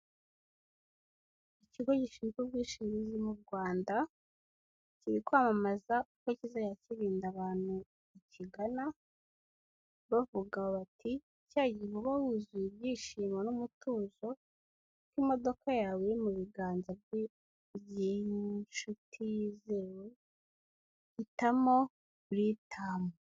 Ikigo gishinzwe ubwishingizi mu Rwanda kirikwamamaza uko kizajya kirinda abantu bakigana, bavuga bati: "cya gihe uba wuzuye ibyishimo n'umutuzo kuko imodoka yawe iri mu biganza by'inshuti yizewe. Hitamo Britam.